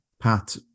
Pat